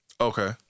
Okay